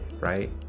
right